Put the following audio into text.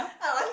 I want